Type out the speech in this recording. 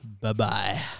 Bye-bye